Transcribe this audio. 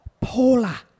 Paula